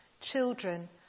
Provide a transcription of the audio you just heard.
children